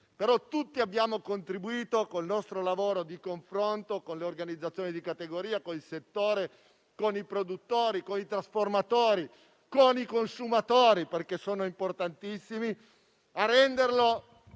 tutti abbiamo contribuito con il nostro lavoro di confronto con le organizzazioni di categoria, con il settore, con i produttori, con i trasformatori, con i consumatori (che sono importantissimi), a renderlo